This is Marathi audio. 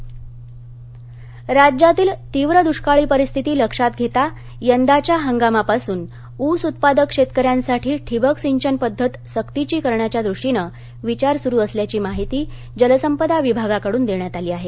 ठिवक राज्यातील तीव्र दुष्काळी परिस्थिती लक्षात घेता यंदाच्या हंगामापासून ऊस उत्पादक शेतकऱ्यांसाठी ठिबक सिंचन पद्धत सकीची करण्याच्या द्रष्टीनं विचार सुरु असल्याची माहिती जलसंपदा विभागाकडुन देण्यात आली आहे